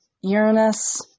Uranus